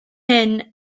hyn